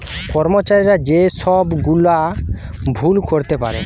কর্মচারীরা যে সব গুলা ভুল করতে পারে